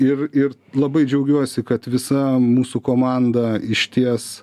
ir ir labai džiaugiuosi kad visa mūsų komanda išties